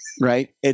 Right